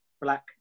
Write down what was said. black